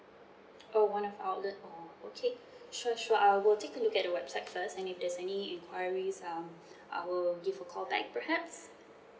oh one of outlet orh okay sure sure I will go take a look at your website first and if there's any enquiries um I will give a call back perhaps